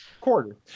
quarter